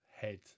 head